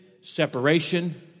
separation